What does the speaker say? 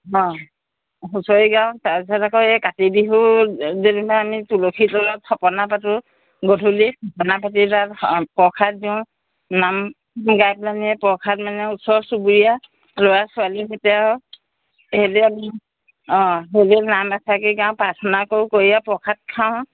অঁ হুঁচৰি গাওঁ তাৰপিছত আকৌ এই কাতি বিহু যেনিবা আমি তুলসী তলত থাপনা পাতোঁ গধূলি থাপনা পাতি তাত প্ৰসাদ দিওঁ নাম এনেই গাই পেলাইনি প্ৰসাদ মানে ওচৰ চুবুৰীয়া ল'ৰা ছোৱালীৰ সৈতে আৰু অঁ এনেই নাম এফাঁকি গাওঁ প্ৰাৰ্থনা কৰোঁ কৰি আৰু প্ৰসাদ খাওঁ